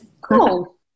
Cool